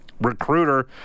recruiter